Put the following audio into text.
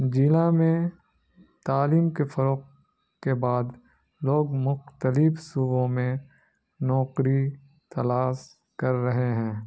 جلع میں تعلیم کے فروغ کے بعد لوگ مختلف صوبوں میں نوکری تلاش کر رہے ہیں